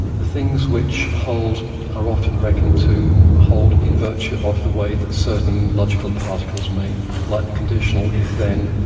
the things which hold are often reckoned to hold in virtue of the way that certain logical particles mean, like the conditional if, then,